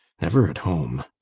never at home!